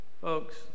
Folks